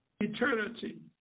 eternity